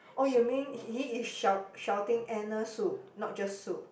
oh you mean he is shout shouting Anna Sue not just Sue